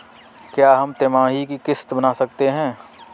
क्या हम तिमाही की किस्त बना सकते हैं?